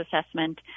assessment